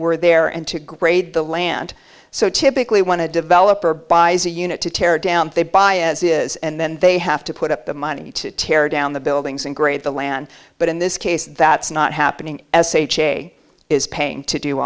were there and to grade the land so typically want to develop or buys a unit to tear down they buy as is and then they have to put up the money to tear down the buildings and grade the land but in this case that's not happening sh a is paying to do